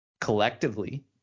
collectively